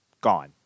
Gone